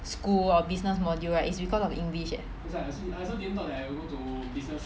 school of business module right is because of english leh